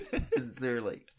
Sincerely